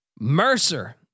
Mercer